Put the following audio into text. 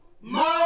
more